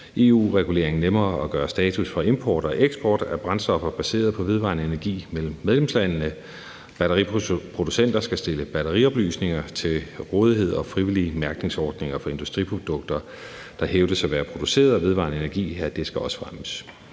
EU-regulering nemmere gøre status for import og eksport mellem medlemslandene af brændstoffer baseret på vedvarende energi. Batteriproducenter skal stille batterioplysninger til rådighed, og frivillige mærkningsordninger til industriprodukter, der hævdes at være produceret af vedvarende energi, skal også fremmes.